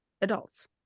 adults